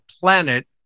planet